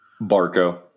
Barco